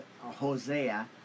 Hosea